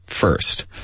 First